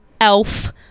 elf